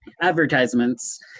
advertisements